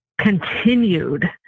continued